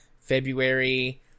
February